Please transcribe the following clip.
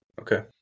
Okay